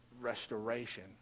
restoration